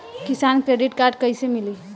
किसान credit card कइसे मिली?